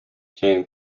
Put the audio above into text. jean